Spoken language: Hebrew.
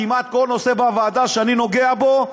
כמעט כל נושא שאני נוגע בו בוועדה,